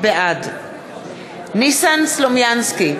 בעד ניסן סלומינסקי,